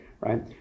right